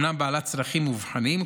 אומנם בעלת צרכים מובחנים,